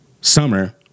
summer